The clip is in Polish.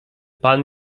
pan